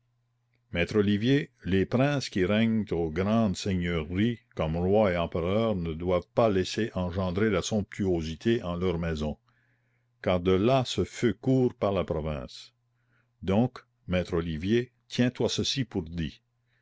maître olivier les princes qui règnent aux grandes seigneuries comme rois et empereurs ne doivent pas laisser engendrer la somptuosité en leurs maisons car de là ce feu court par la province donc maître olivier tiens-toi ceci pour dit